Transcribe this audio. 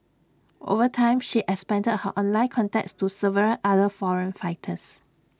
over time she expanded her online contacts to several other foreign fighters